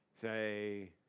Say